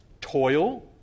toil